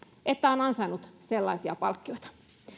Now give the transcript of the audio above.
että on ansainnut sellaisia palkkioita